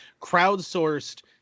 crowdsourced